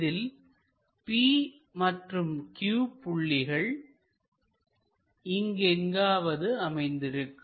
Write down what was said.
இதில் p மற்றும் q புள்ளிகள் இங்கு எங்காவது அமைந்திருக்கும்